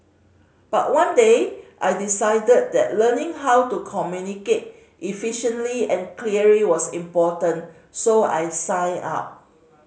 but one day I decided that learning how to communicate efficiently and clearly was important so I signed up